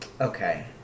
Okay